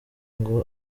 ngo